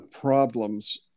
problems